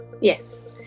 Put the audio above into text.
yes